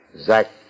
Zach